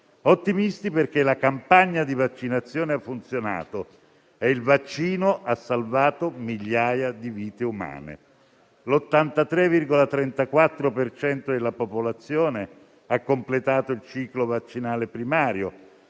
scienza - perché la campagna di vaccinazione ha funzionato e il vaccino ha salvato migliaia di vite umane. L'83,4 per cento della popolazione ha completato il ciclo vaccinale primario,